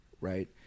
right